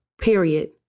period